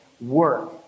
work